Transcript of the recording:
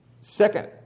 second